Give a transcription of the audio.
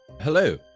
Hello